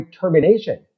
termination